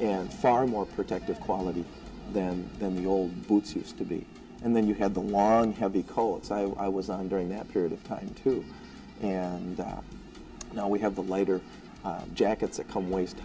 and far more protective quality than than the old boots used to be and then you had the long heavy coats i was on during that period of time too and now we have the lighter jackets that come waist